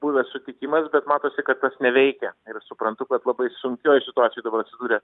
buvęs sutikimas bet matosi kad tas neveikia ir suprantu kad labai sunkioj situacijoj dabar atsidūrė